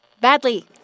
Badly